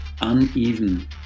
uneven